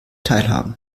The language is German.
teilhaben